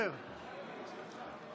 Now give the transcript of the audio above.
התשפ"ב 2021,